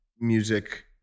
music